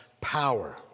Power